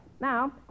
Now